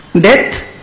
Death